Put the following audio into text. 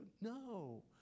No